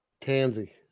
Tansy